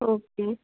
okay